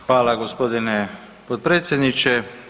Hvala g. potpredsjedniče.